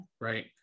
Right